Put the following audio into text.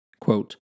Quote